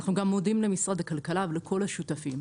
אנחנו מודים גם למשרד הכלכלה ולכל השותפים,